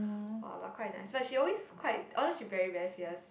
!wah! but quite nice but she always quite although very very fierce